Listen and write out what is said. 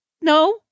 No